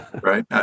right